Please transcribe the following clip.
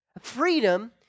Freedom